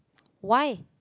why